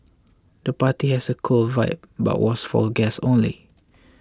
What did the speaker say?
the party has a cool vibe but was for guests only